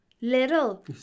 little